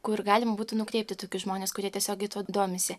kur galima būtų nukreipti tokius žmones kurie tiesiogiai tuo domisi